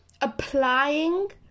applying